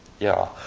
yeah.